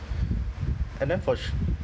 and then for ch~